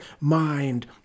mind